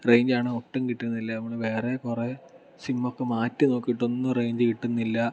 range ആണെങ്കിൽ ഒട്ടും കിട്ടുന്നില്ല നമ്മൾ വേറെ കുറേ സിം ഒക്കെ മാറ്റി നോക്കിയിട്ടും ഒന്നും റേഞ്ച് കിട്ടുന്നില്ല